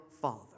Father